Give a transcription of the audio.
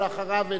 ואחריו,